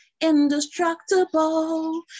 indestructible